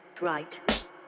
right